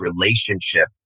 relationship